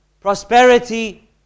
prosperity